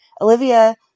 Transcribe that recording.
Olivia